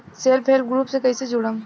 Self help group से कइसे जुड़म?